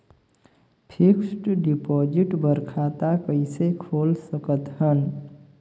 Fixed deposit बर खाता कइसे खोल सकत हन?